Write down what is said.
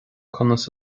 conas